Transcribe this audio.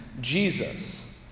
Jesus